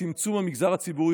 צמצום המגזר הציבורי,